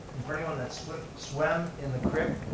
and for anyone that's swam in the creek,